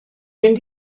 mynd